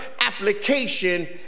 application